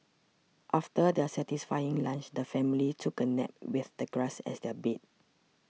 after their satisfying lunch the family took a nap with the grass as their bed